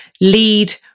lead